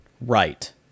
right